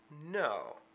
no